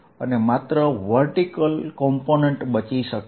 અને માત્ર ઉર્ધ્વ ઘટક બચી શકે છે